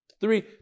three